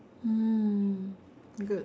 mm good